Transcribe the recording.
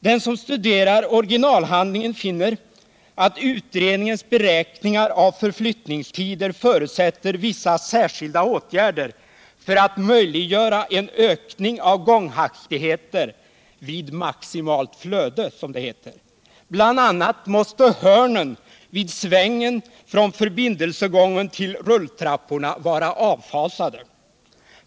Den som studerar originalhandlingen finner att utredningens beräkningar av förflyttningstider förutsätter vissa särskilda åtgärder för att möjliggöra en ökning av gånghastigheter vid maximalt flöde, som det heter. Bl. a. måste hörnen vid svängen från förbindelsegången till rulltrapporna vara avfasade.